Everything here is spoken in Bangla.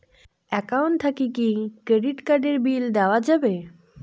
একাউন্ট থাকি কি ক্রেডিট কার্ড এর বিল দেওয়া যাবে?